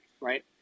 right